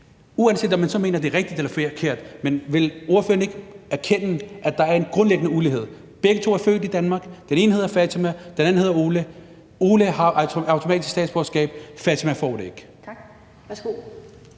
Uanset om man mener, at det er rigtigt eller forkert, vil ordføreren så ikke erkende, at der er en grundlæggende ulighed? Begge to er født i Danmark, den ene hedder Fatima, den anden hedder Ole – Ole har automatisk statsborgerskab; Fatima får det ikke.